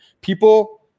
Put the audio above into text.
People